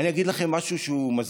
אני אגיד לכם משהו שהוא מזוויע.